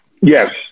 Yes